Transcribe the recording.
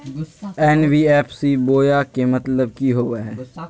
NBFC बोया के मतलब कि होवे हय?